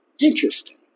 Interesting